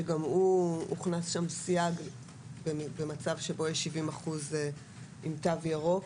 שגם בו הוכנס סייג שבמצב של 70% עם "תו ירוק",